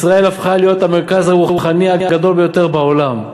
ישראל הפכה להיות המרכז הרוחני הגדול ביותר בעולם.